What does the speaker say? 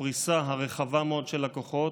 הפריסה הרחבה מאוד של הכוחות,